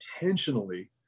intentionally